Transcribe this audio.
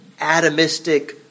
atomistic